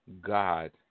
God